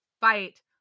fight